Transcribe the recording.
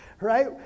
right